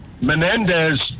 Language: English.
Menendez